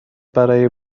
برای